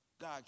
God